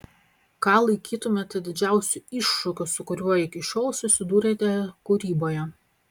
ką laikytumėte didžiausiu iššūkiu su kuriuo iki šiol susidūrėte kūryboje